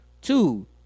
Two